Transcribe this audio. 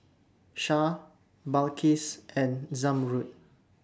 Shah Balqis and Zamrud